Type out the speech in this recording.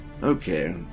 Okay